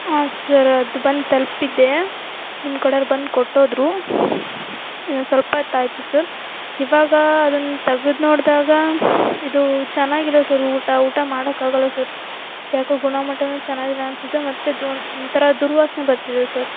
ಹಾಂ ಸರ್ ಅದು ಬಂದು ತಲ್ಪಿದೆ ನಿಮ್ಮ ಕಡೆಯೋರು ಬಂದು ಕೊಟ್ಟೋದ್ರು ಈಗ ಸ್ವಲ್ಪ ಹೊತ್ತಾಯ್ತು ಸರ್ ಇವಾಗ ಅದನ್ನ ತೆಗೆದು ನೋಡಿದಾಗ ಇದು ಚೆನ್ನಾಗಿಲ್ಲ ಸರ್ ಊಟ ಊಟ ಮಾಡೋಕ್ಕಾಗಲ್ಲ ಸರ್ ಯಾಕೋ ಗುಣಮಟ್ಟನೂ ಚೆನ್ನಾಗಿಲ್ಲ ಅನ್ಸುತ್ತೆ ಮತ್ತು ಒಂಥರಾ ದುರ್ವಾಸನೆ ಬರ್ತಿದೆ ಸರ್